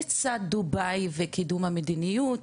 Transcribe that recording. לצד דובאי וקידום המדיניות